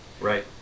Right